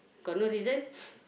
got no reason